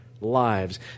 lives